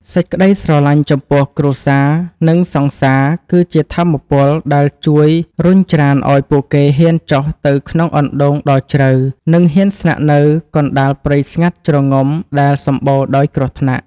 សេចក្តីស្រឡាញ់ចំពោះគ្រួសារ និងសង្សារ គឺជាថាមពលដែលជួយរុញច្រានឱ្យពួកគេហ៊ានចុះទៅក្នុងអណ្ដូងដ៏ជ្រៅ និងហ៊ានស្នាក់នៅកណ្ដាលព្រៃស្ងាត់ជ្រងំដែលសម្បូរដោយគ្រោះថ្នាក់។